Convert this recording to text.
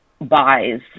buys